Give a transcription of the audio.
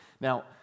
now